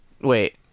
Wait